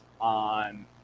on